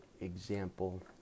example